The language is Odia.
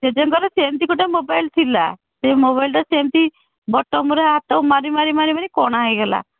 ଜେଜେଙ୍କର ସେମିତି ଗୋଟେ ମୋବାଇଲ ଥିଲା ସେଇ ମୋବାଇଲଟା ସେମିତି ବଟନ୍ରେ ହାତ ମାରି ମାରି ମାରି ମାରି କଣା ହେଇଗଲା